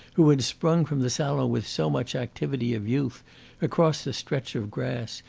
who had sprung from the salon with so much activity of youth across the stretch of grass,